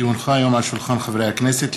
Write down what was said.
כי הונחה היום על שולחן הכנסת,